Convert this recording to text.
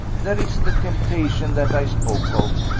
there is the temptation that i spoke of.